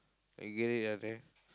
you get it ah annan